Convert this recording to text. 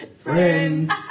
Friends